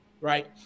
Right